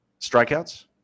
Strikeouts